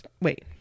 wait